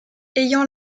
ayant